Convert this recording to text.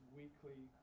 weekly